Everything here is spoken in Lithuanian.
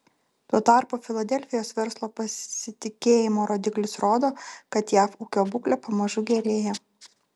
tuo tarpu filadelfijos verslo pasitikėjimo rodiklis rodo kad jav ūkio būklė pamažu gerėja